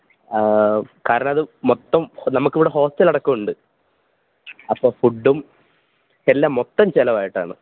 കാരണം അത് മൊത്തം ഇപ്പം നമുക്ക് ഇവിടെ ഹോസ്റ്റൽ അടക്കം ഉണ്ട് അപ്പം ഫുഡും എല്ലാം മൊത്തം ചെലവായിട്ടാണ്